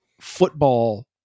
football